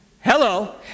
Hello